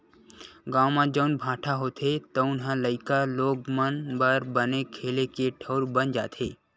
गाँव म जउन भाठा होथे तउन ह लइका लोग मन बर बने खेले के ठउर बन जाथे